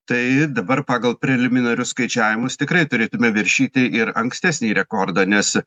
tai dabar pagal preliminarius skaičiavimus tikrai turėtume viršyti ir ankstesnį rekordą nes